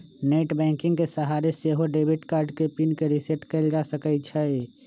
net banking के सहारे से सेहो डेबिट कार्ड के पिन के रिसेट कएल जा सकै छइ